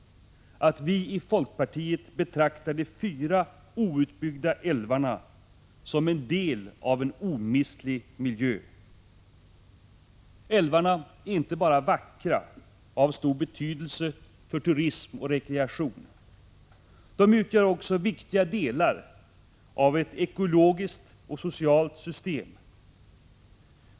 1985/86:124 folkpartiet betraktar de fyra outbyggda älvarna som en del av en omistlig 23 april 1986 miljö. Alvarna är inte bara vackra och har stor betydelse för turism och rekreation. De utgör också viktiga delar av ett ekologiskt och socialt system.